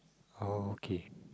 oh okay